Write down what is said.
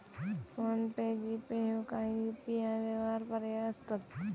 phone पे, GPay ह्यो काही UPI व्यवहार पर्याय असत